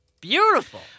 Beautiful